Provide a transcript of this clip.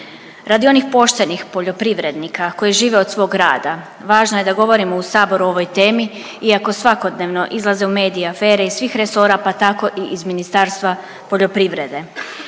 radi onih poštenih poljoprivrednika koji žive od svog rada važno je da govorimo u Saboru o ovoj temi, iako svakodnevno izlaze u medije afere iz svih resora pa tako i iz Ministarstva poljoprivrede.